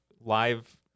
live